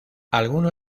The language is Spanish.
alguno